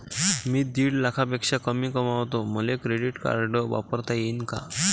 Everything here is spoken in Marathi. मी दीड लाखापेक्षा कमी कमवतो, मले क्रेडिट कार्ड वापरता येईन का?